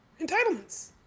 Entitlements